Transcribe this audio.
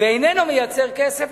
ואיננו מייצר כסף,